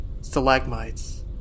stalagmites